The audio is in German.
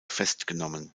festgenommen